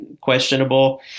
questionable